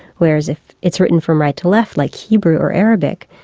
whereas if it's written from right to left like hebrew or arabic,